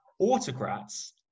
autocrats